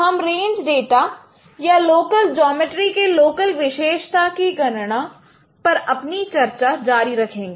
हम range data या local ज्योमेट्रीके लोकल विशेषता की गणना पर अपनी चर्चा जारी रखेंगे